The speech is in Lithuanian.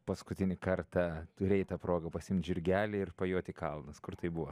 paskutinį kartą turėjai tą progą pasiimti žirgelį ir pajot į kalnus kur tai buvo